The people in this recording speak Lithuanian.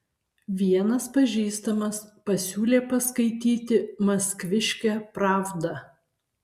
vienas pažįstamas pasiūlė paskaityti maskviškę pravdą